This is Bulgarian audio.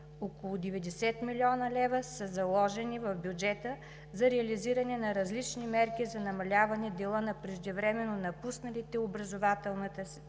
Около 90 млн. лв. са заложени в бюджета за реализиране на различни мерки за намаляване дела на преждевременно напусналите образователната